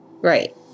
Right